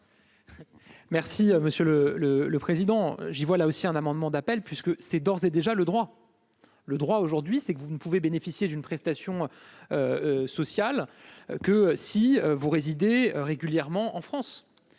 Merci monsieur le le le président : j'y vois là aussi un amendement d'appel puisque c'est d'ores et déjà le droit, le droit aujourd'hui, c'est que vous ne pouvez bénéficier d'une prestation sociale que si vous résidez régulièrement en France